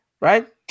right